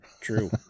True